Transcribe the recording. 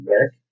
work